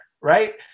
right